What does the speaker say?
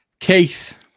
Keith